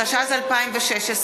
התשע"ז 2016,